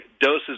doses